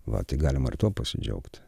va tai galima ir tuo pasidžiaugti